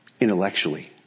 Intellectually